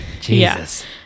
Jesus